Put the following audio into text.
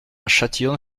châtillon